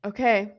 Okay